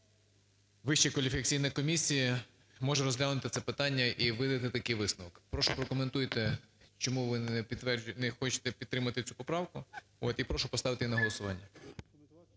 Вища кваліфікаційна комісія може розглянути це питання і видати такий висновок. Прошу, прокоментуйте, чому ви не хочете підтримати цю поправку. І прошу поставити її на голосування.